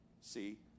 see